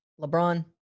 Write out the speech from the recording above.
LeBron